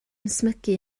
ysmygu